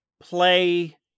play